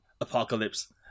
Apocalypse